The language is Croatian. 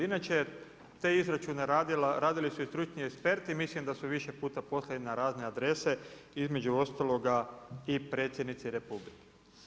Inače te izračune su radili i stručni eksperti, mislim da su više puta poslali na razne adrese između ostaloga i predsjednici Republike.